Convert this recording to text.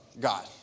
god